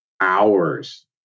hours